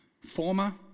Former